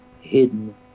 hidden